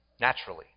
naturally